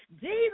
Jesus